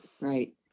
right